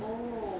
oh